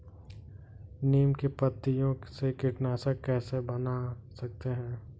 नीम की पत्तियों से कीटनाशक कैसे बना सकते हैं?